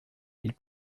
ils